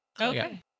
Okay